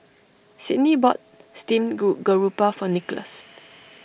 Sydney bought Steamed Garoupa for Nickolas